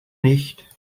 nicht